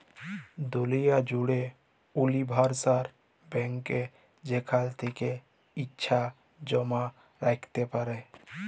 দুলিয়া জ্যুড়ে উলিভারসাল ব্যাংকে যেখাল থ্যাকে ইছা জমা রাইখতে পারো